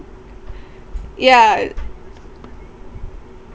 yeah